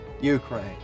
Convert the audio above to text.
Ukraine